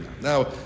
Now